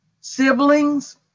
siblings